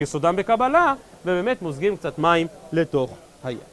יסודם בקבלה, ובאמת מוזגים קצת מים לתוך היד.